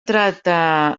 tratta